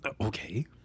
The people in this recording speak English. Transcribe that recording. Okay